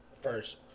First